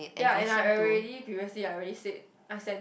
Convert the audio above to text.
ya and I already previously I already said I sent